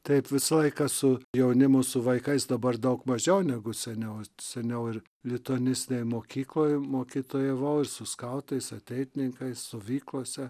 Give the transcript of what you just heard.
taip visą laiką su jaunimu su vaikais dabar daug mažiau negu seniau seniau ir lituanistinėj mokykloj mokytojavau ir su skautais ateitininkais stovyklose